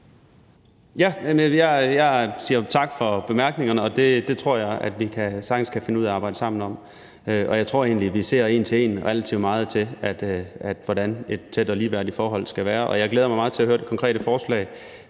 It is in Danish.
Jeg siger tak for bemærkningerne. Jeg tror sagtens, vi kan finde ud af at arbejde sammen om det. Jeg tror egentlig, vi relativt meget ser en til en på, hvordan et tæt og ligeværdigt forhold skal være, og jeg glæder mig meget til at høre det konkrete forslag.